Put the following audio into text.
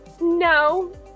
No